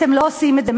אתם לא עושים את זה.